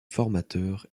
formateur